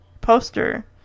poster